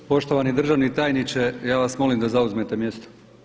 Poštovani državni tajniče ja vas molim da zauzmete mjesto.